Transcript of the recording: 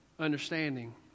understanding